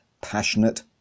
passionate